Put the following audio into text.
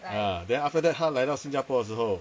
ah then after that 他来到新加坡的时候